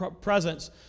presence